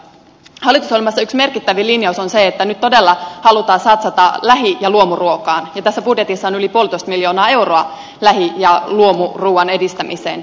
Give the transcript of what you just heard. hallitusohjelmassa yksi merkittävin linjaus on se että nyt todella halutaan satsata lähi ja luomuruokaan ja tässä budjetissa on yli puolitoista miljoonaa euroa lähi ja luomuruuan edistämiseen